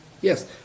yes